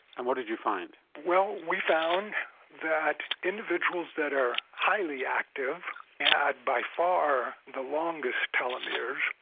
and what did you find? well, we found that individuals that are highly active had by far the longest telomeres,